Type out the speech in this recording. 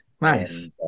Nice